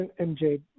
mj